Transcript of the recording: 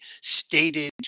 stated